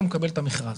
הוא מקבל את המכרז.